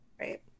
right